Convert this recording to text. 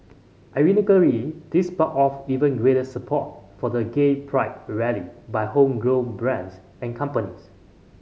ironically this sparked off even greater support for the gay pride rally by home grown brands and companies